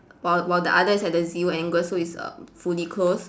while while the other is at the zero angle so is err fully closed